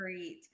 Great